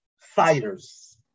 fighters